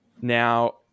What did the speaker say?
Now